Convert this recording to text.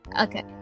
okay